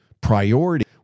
priority